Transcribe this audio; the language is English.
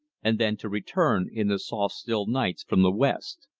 and then to return in the soft still nights from the west.